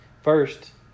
First